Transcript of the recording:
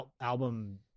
album